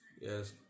Yes